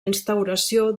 instauració